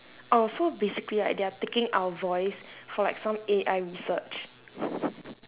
oh so basically right they are taking our voice for like some A_I research